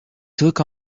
took